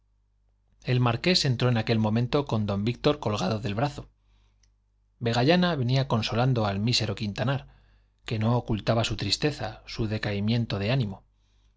el marqués entró en aquel momento con don víctor colgado del brazo vegallana venía consolando al mísero quintanar que no ocultaba su tristeza su decaimiento de ánimo doña